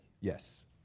Yes